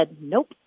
nope